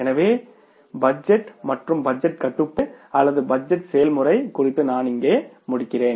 எனவே பட்ஜெட் மற்றும் பட்ஜெட் கட்டுப்பாடு அல்லது பட்ஜெட் செயல்முறை குறித்து நான் இங்கே முடிக்கிறேன்